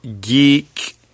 Geek